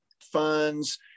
funds